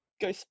go